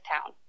town